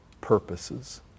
purposes